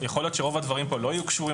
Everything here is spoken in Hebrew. יכול להיות שרוב הדברים כאן לא יהיו קשורים